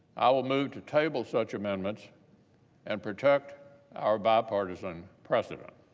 i will move to table such amendments and protect our bipartisan precedent.